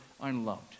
unloved